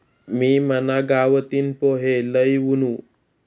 मी मना गावतीन पोहे लई वुनू